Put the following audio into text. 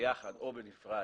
ביחד או בנפרד,